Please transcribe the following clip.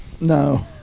No